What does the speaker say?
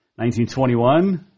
1921